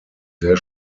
sehr